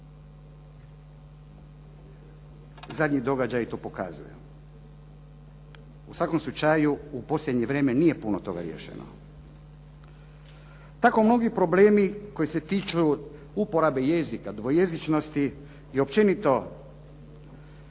Zadnji događaji to pokazuju. U svakom slučaju, u posljednje vrijeme nije puno toga riješeno. Tako mnogi problemi koji se tiču uporabe jezika, dvojezičnosti i općenito